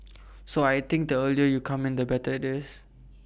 so I think the earlier you come in the better IT is